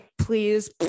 Please